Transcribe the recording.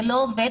וזה לא עובד.